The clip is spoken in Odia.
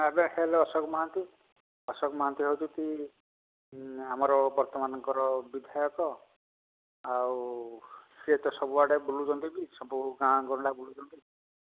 ଏବେ ହେଲେ ଅଶୋକ ମହାନ୍ତି ଅଶୋକ ମହାନ୍ତି ହେଉଛନ୍ତି ଆମର ବର୍ତ୍ତମାନର ବିଧାୟକ ଆଉ ସିଏ ତ ସବୁଆଡ଼େ ବୁଲୁଛନ୍ତି ସବୁ ଗାଁ ଗଣ୍ଡା ବୁଲୁଛନ୍ତି